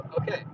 okay